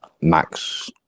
Max